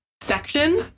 section